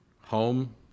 home